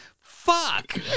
Fuck